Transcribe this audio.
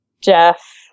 Jeff